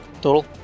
total